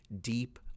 deep